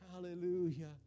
Hallelujah